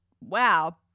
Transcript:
wow